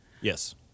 Yes